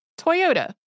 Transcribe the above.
Toyota